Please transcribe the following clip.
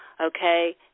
okay